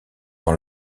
dans